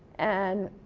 and,